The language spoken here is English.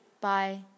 Bye